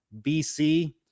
BC